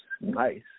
nice